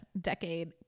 decade